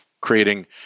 creating